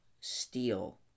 steel